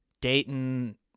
Dayton